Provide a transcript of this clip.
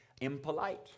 impolite